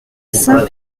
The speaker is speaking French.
saint